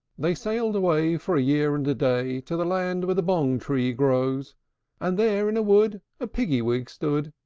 they sailed away, for a year and a day, to the land where the bong-tree grows and there in a wood a piggy-wig stood,